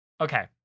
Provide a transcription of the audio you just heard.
okay